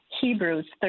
Hebrews